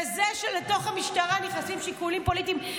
וזה שלתוך המשטרה נכנסים שיקולים פוליטיים,